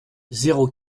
zéro